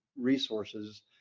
resources